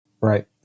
right